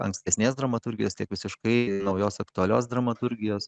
ankstesnės dramaturgijos tiek visiškai naujos aktualios dramaturgijos